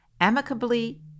amicably